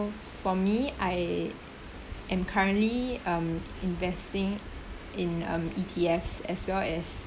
for me I am currently um investing in um E_T_F as well as